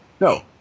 No